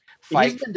fight